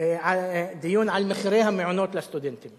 דיון על מחירי המעונות לסטודנטים